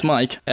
Mike